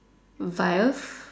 vilf